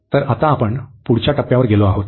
तर आता आपण पुढच्या टप्प्यावर गेलो आहोत